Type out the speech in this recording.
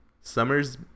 summers